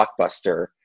blockbuster